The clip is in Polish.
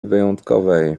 wyjątkowej